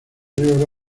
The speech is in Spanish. río